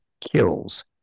kills